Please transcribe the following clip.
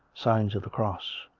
signs of the cross.